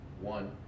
one